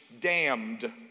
damned